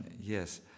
yes